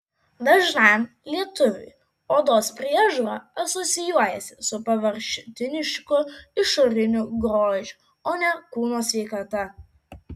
dažnam lietuviui odos priežiūra asocijuojasi su paviršutinišku išoriniu grožiu o ne kūno sveikata